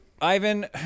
Ivan